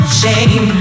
shame